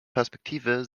perspektive